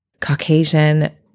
Caucasian